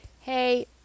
hey